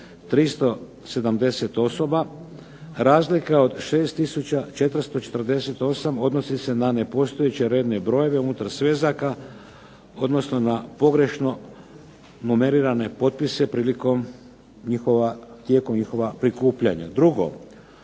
370 osoba. Razlika od 6 tisuća 448 odnosi se na nepostojeće redne brojeve unutar svezaka, odnosno na pogrešno numerirane potpise prilikom njihova prikupljanja.